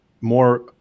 more